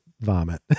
vomit